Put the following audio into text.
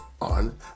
on